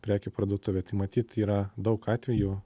prekių parduotuvė tai matyt yra daug atvejų